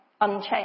unchanged